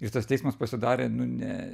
ir tas teismas pasidarė nu ne